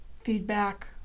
feedback